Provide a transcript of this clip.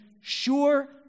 sure